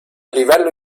livello